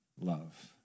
love